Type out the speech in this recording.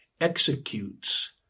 executes